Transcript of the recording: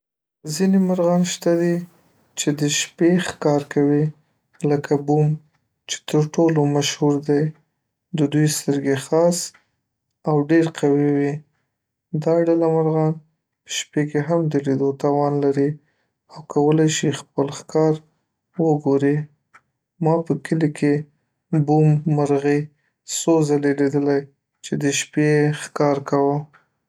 .ځیني مرغان شته دي چې د شپی ښکار کوي لکه بوم چې تر ټولو مشهور دی د دوي سترګی خاص او د ډیر قوي وي .دا ډله مرغان په شپي کې هم د لیدو توان لري او کولای شي خپل ښکار وګوري ما په کلي کې بوم مرغی څو ځلي لیدلی چې د شپي یې ښکار کوه